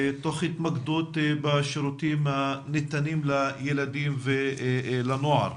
תוך התמקדות בשירותים הניתנים לילדים ולנוער.